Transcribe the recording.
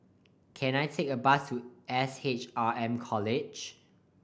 can I take a bus to Ace S H R M College